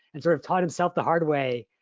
and sort of taught himself the hard way,